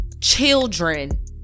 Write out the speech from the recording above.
children